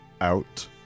out